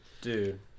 dude